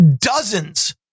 dozens